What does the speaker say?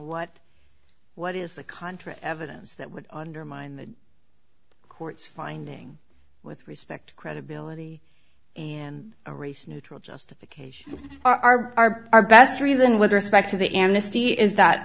what what is the contra evidence that would undermine the court's finding with respect to credibility and a race neutral justification are our best reason with respect to the amnesty is that